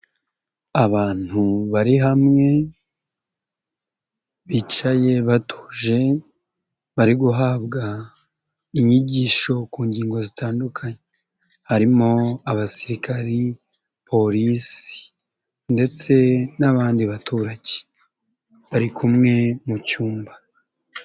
Abantu bari hamwe, bicaye batuje, bari guhabwa inyigisho ku ngingo zitandukanye, harimo abasirikari, polisi ndetse n'abandi baturage, bari kumwe mu cyumba.